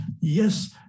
yes